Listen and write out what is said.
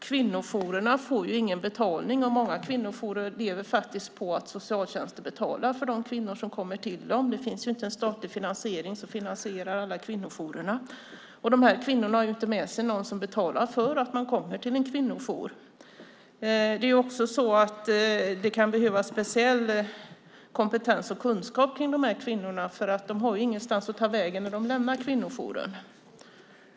Kvinnojourerna får inte heller någon betalning, och många kvinnojourer lever faktiskt på att socialtjänsten betalar för de kvinnor som kommer till dem. Det finns inte någon statlig finansiering av alla kvinnojourer. Och dessa kvinnor har inte med sig någon som betalar för att de kommer till en kvinnojour. Det kan också behövas speciell kompetens och kunskap kring dessa kvinnor eftersom de inte har någonstans att ta vägen när de lämnar kvinnojouren.